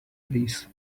please